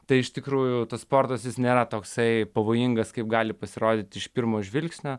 tai iš tikrųjų tas sportas jis nėra toksai pavojingas kaip gali pasirodyti iš pirmo žvilgsnio